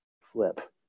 flip